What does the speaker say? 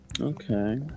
Okay